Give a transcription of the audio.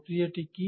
প্রক্রিয়াটি কি